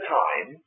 time